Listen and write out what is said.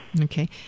Okay